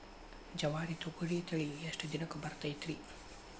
ಜವಾರಿ ತೊಗರಿ ತಳಿ ಎಷ್ಟ ದಿನಕ್ಕ ಬರತೈತ್ರಿ?